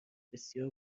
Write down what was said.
بسیار